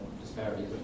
disparities